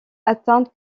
atteinte